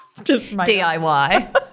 DIY